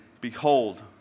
behold